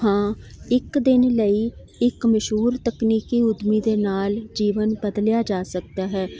ਹਾਂ ਇੱਕ ਦਿਨ ਲਈ ਇੱਕ ਮਸ਼ਹੂਰ ਤਕਨੀਕੀ ਉੱਦਮੀ ਦੇ ਨਾਲ਼ ਜੀਵਨ ਬਦਲਿਆ ਜਾ ਸਕਦਾ ਹੈ